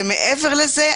מעבר לזה,